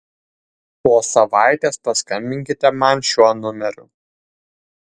po savaitės paskambinkite man šiuo numeriu